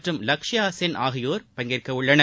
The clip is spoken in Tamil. மற்றும் லக்ஷயா சென் ஆகியோர் பங்கேற்கவுள்ளனர்